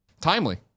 Timely